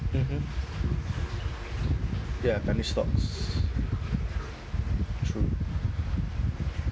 mmhmm ya primary stocks true